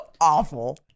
awful